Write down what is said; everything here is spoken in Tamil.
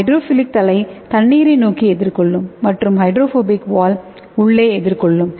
ஹைட்ரோஃபிலிக் தலை தண்ணீரை நோக்கி எதிர்கொள்ளும் மற்றும் ஹைட்ரோபோபிக் வால் உள்ளே எதிர்கொள்ளும்